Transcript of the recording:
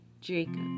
Jacob